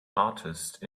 artist